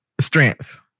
strengths